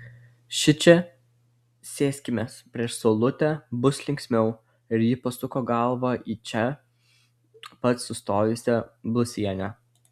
šičia sėskimės prieš saulutę bus linksmiau ir ji pasuko galvą į čia pat sustojusią blusienę